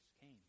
came